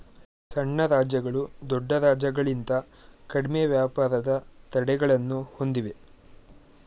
ಸಣ್ಣ ರಾಜ್ಯಗಳು ದೊಡ್ಡ ರಾಜ್ಯಗಳಿಂತ ಕಡಿಮೆ ವ್ಯಾಪಾರದ ತಡೆಗಳನ್ನು ಹೊಂದಿವೆ